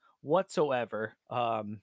whatsoever